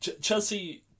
Chelsea